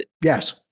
Yes